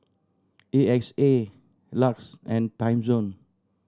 A X A LUX and Timezone